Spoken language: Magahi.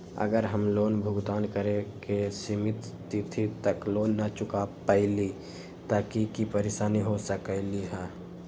अगर हम लोन भुगतान करे के सिमित तिथि तक लोन न चुका पईली त की की परेशानी हो सकलई ह?